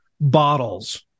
bottles